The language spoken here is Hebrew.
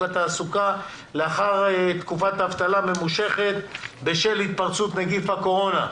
התעסוקה לאחר תקופת אבטלה ממושכת בשל התפרצות נגיף הקורונה.